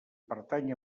pertany